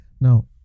Now